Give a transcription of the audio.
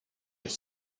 your